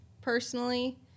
personally